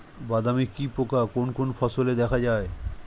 বাদামি কি পোকা কোন কোন ফলে দেখা যায়?